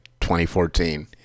2014